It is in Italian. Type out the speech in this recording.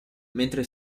mentre